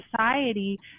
society